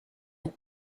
het